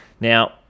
Now